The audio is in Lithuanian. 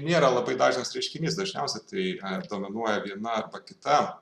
nėra labai dažnas reiškinys dažniausia tai ar dominuoja viena kita